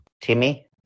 Timmy